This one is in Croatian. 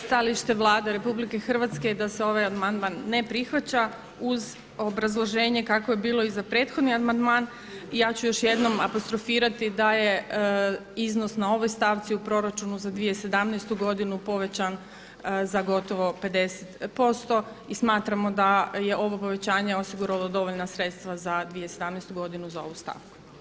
Stajalište Vlade RH je da se ovaj amandman ne prihvaća uz obrazloženje kakvo je bilo i za prethodni amandman i ja ću još jednom apostrofirati da je iznos na ovoj stavci u proračunu za 2017. godinu povećan za gotovo 50% i smatramo da je ovo povećanje osiguralo dovoljna sredstva za 2017. godinu za ovu stavku.